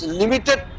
limited